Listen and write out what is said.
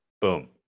Boom